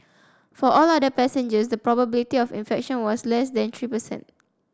for all other passengers the probability of infection was less than three per cent